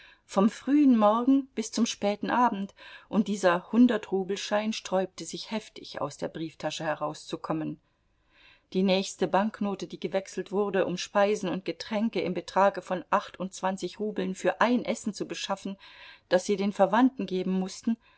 vom frühen morgen bis zum späten abend und dieser hundertrubelschein sträubte sich heftig aus der brieftasche herauszukommen die nächste banknote die gewechselt wurde um speisen und getränke im betrage von achtundzwanzig rubeln für ein essen zu beschaffen das sie den verwandten geben mußten